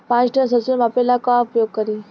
पाँच टन सरसो मापे ला का उपयोग करी?